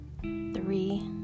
three